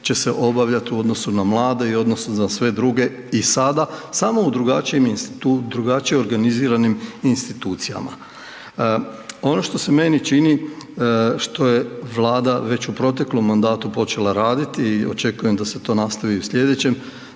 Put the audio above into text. će se obavljati u odnosu na mlade i odnosu na sve druge i sada, samo u drugačije organiziranim institucijama. Ono što se meni čini što je Vlada već u proteklom mandatu počela raditi i očekujem da se to nastavi i u slijedećem,